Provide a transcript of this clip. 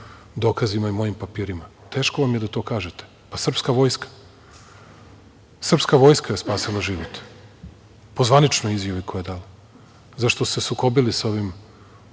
dokazima i mojim papirima, teško vam je to da kažete - pa srpska vojska. Srpska vojska je spasila život po zvaničnoj izjavi koju je dala zašto se sukobili sa ovim